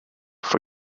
for